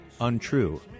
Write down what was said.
Untrue